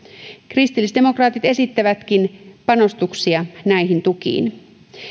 kristillisdemokraatit esittävätkin panostuksia näihin tukiin